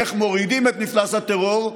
איך מורידים את מפלס הטרור,